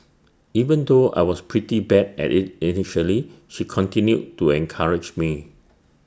even though I was pretty bad at IT initially she continued to encourage me